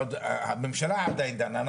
הממשלה עדיין דנה,